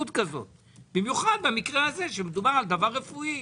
במיוחד במקרה הזה שמדובר בדבר רפואי.